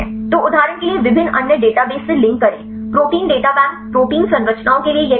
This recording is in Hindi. तो उदाहरण के लिए विभिन्न अन्य डेटाबेस से लिंक करें प्रोटीन डेटा बैंक प्रोटीन संरचनाओं के लिए यह करेगा